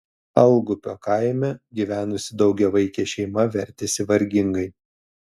algupio kaime gyvenusi daugiavaikė šeima vertėsi vargingai